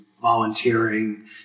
volunteering